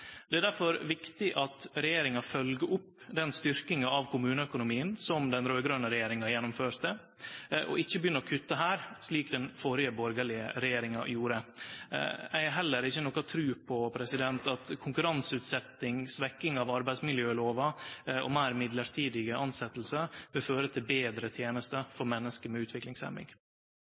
Det er derfor viktig at regjeringa følgjer opp den styrkinga av kommuneøkonomien som den raud-grøne regjeringa gjennomførte, og ikkje begynner å kutte her, slik den førre borgarlege regjeringa gjorde. Eg har heller ikkje noka tru på at konkurranseutsetjing, svekking av arbeidsmiljølova og meir mellombelse tilsetjingar vil føre til betre tenester for menneske med utviklingshemming.